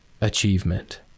achievement